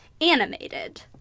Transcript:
animated